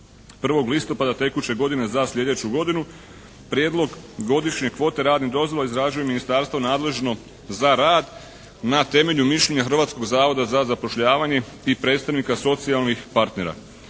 31. listopada tekuće godine za sljedeću godinu. Prijedlog godišnje kvote radne dozvole izrađuje Ministarstvo nadležno za rad na temelju mišljenja Hrvatskog zavoda za zapošljavanje i predstavnika socijalnih partnera.